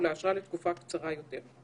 או לאשרה לתקופה קצרה או ארוכה יותר.